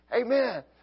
Amen